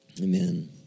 Amen